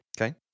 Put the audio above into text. Okay